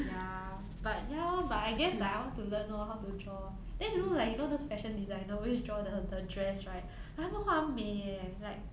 ya but ya lor but I guess like I want to learn lor how to draw then you know like you know those fashion designer always draw the the dress right like 他们画很美 eh like